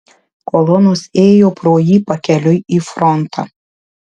kolonos ėjo pro jį pakeliui į frontą